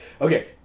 Okay